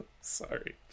sorry